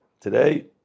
Today